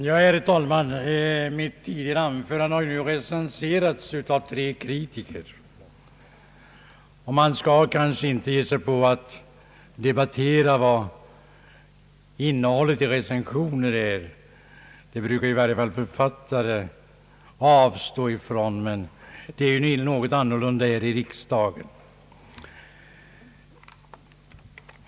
Herr talman! Mitt tidigare anförande har ju recenserats av tre kritiker, och man skall kanske inte ge sig på att debattera innehållet i recensioner. Det brukar i varje fall författare avstå från, men det ligger ju något annorlunda till här i riksdagen.